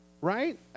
right